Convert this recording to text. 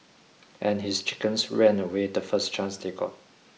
and his chickens ran away the first chance they got